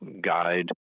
guide